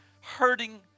hurting